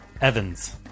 Evans